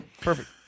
Perfect